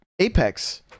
Apex